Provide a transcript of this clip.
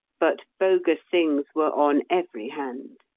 but bogus things were on every hand.